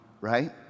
right